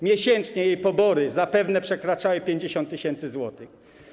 Miesięcznie jej pobory zapewne przekraczały 50 tys. zł.